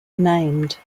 named